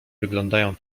wyglądają